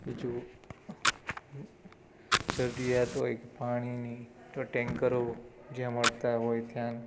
બીજુ જરૂરિયાત હોય પાણીની તો ટેન્કરો જ્યાં મળતા હોય ત્યાં